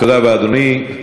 תודה רבה, אדוני.